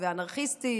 אנרכיסטים,